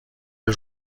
los